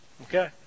Okay